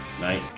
Night